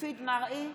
מופיד מרעי,